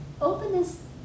Openness